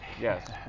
yes